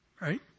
Right